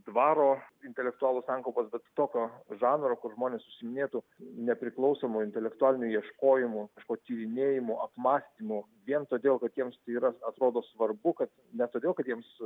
dvaro intelektualų sankaupos bet tokio žanro kur žmonės užsiiminėtų nepriklausomu intelektualiniu ieškojimu o tyrinėjimo apmąstymo vien todėl kad jiems tai yra atrodo svarbu kad ne todėl kad jiems